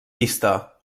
pista